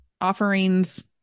offerings